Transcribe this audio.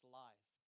life